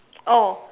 oh